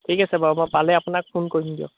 ঠিক আছে বাৰু মই পালে আপোনাক ফোন কৰিম দিয়ক